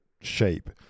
shape